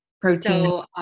protein